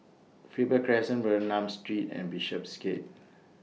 Faber Crescent Bernam Street and Bishopsgate